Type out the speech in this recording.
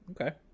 okay